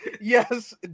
Yes